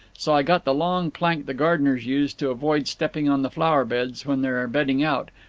so i got the long plank the gardeners use to avoid stepping on the flower beds when they're bedding out,